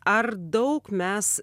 ar daug mes